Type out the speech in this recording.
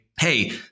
hey